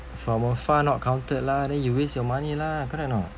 from afar not counted lah then you waste your money lah correct or not